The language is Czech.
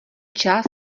část